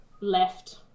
left